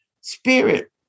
spirit